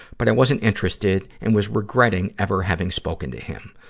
but i wasn't interested and was regretting ever having spoken to him.